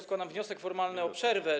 Składam wniosek formalny o przerwę.